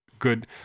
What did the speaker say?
good